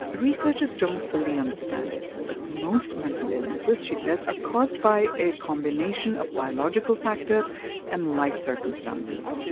researchers don't fully understand it. but most mental illnesses, she says, are caused by a combination of biological factors and life circumstances.